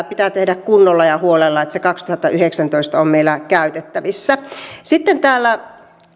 pitää tehdä sitä kunnolla ja huolella että se kaksituhattayhdeksäntoista on meillä käytettävissä sitten täällä